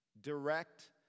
Direct